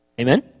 Amen